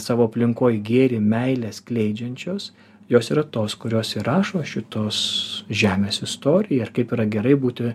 savo aplinkoj gėrį meilę skleidžiančios jos yra tos kurios įrašo šitos žemės istoriją ar kaip yra gerai būti